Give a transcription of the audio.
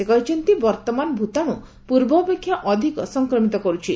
ସେ କହିଛନ୍ତି ବର୍ତ୍ତମାନ ଭ୍ତାଣୁ ପୂର୍ବ ଅପେକ୍ଷା ଅଧିକ ସଂକ୍ରମିତ କରୁଛି